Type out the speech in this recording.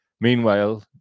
meanwhile